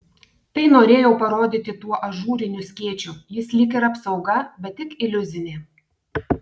tai norėjau parodyti tuo ažūriniu skėčiu jis lyg ir apsauga bet tik iliuzinė